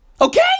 Okay